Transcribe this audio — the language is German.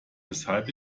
weshalb